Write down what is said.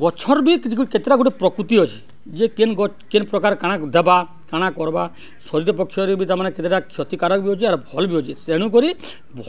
ଗଛର୍ ବି କେତେଟା ଗୁଟେ ପ୍ରକୃତି ଅଛେ ଯେ କେନ୍ ଗଛ୍ କେନ୍ ପ୍ରକାର୍ କାଣା ଦେବା କାଣା କର୍ବା ଶରୀର୍ ପକ୍ଷରେ ବି ତାମାନେ କେତେଟା କ୍ଷତିକାରକ୍ ବି ଅଛେ ଆର୍ ଭଲ୍ ବି ଅଛେ ତେଣୁକରି